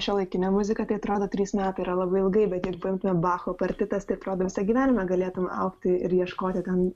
šiuolaikinė muzika tai atrodo trys metai yra labai ilgai bet jeigu paimtume bacho partitas tai atrodo visą gyvenimą galėtum augti ir ieškoti ten